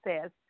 says